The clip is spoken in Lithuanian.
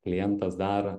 klientas dar